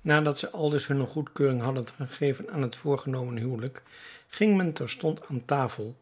nadat zij aldus hunne goedkeuring hadden gegeven aan het voorgenomen huwelijk ging men terstond aan tafel